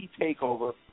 TakeOver